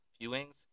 viewings